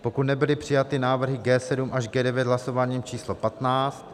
pokud nebyly přijaty návrhy G7 až G9 hlasováním číslo patnáct